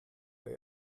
der